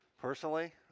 personally